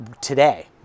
today